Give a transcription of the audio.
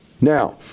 Now